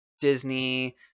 Disney